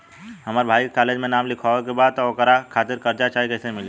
हमरा भाई के कॉलेज मे नाम लिखावे के बा त ओकरा खातिर कर्जा चाही कैसे मिली?